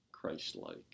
Christ-like